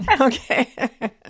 Okay